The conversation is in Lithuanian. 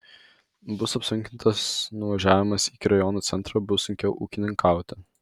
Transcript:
bus apsunkintas nuvažiavimas iki rajono centro bus sunkiau ūkininkauti